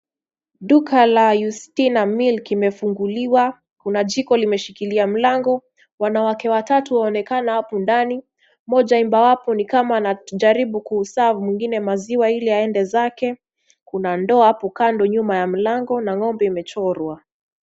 Duka la Ustina Milk imefunguliwa. Kuna jiko limeshikilia mlango. Wanawake watatu waonekana hapo ndani, mmoja ambapo ni kama anajaribu kuserve mwingine maziwa ili aende zake. Kuna ndoo hapo kando nyuma ya mlango na ng'ombe imechorwa.